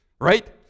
right